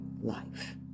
life